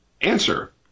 Answer